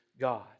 God